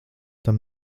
tam